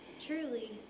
truly